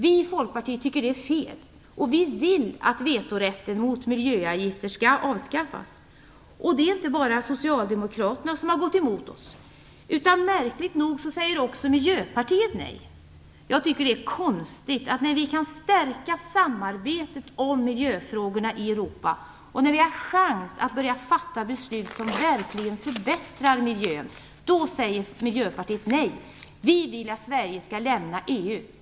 Vi i Folkpartiet tycker att det är fel, och vi vill att vetorätten mot miljöavgifter skall avskaffas. Det är inte bara Socialdemokraterna som har gått emot oss, utan märkligt nog säger också Miljöpartiet nej. Jag tycker att det är konstigt att miljöpartisterna säger nej nu, när vi kan stärka samarbetet om miljöfrågorna i Europa och när vi vi har chans att börja fatta beslut som verkligen förbättrar miljön. Deras svar är: Vi vill att Sverige skall lämna EU.